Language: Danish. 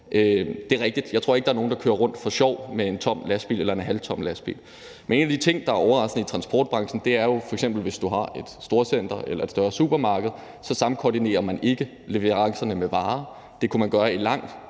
det er rigtigt. Jeg tror ikke, der er nogen, der kører rundt for sjov med en tom lastbil eller en halvtom lastbil. Men en af de ting, der er overraskende i transportbranchen, er jo f.eks., at hvis man har et storcenter eller et større supermarked, samkoordinerer man ikke vareleverancerne. Det kunne man gøre i langt